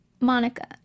Monica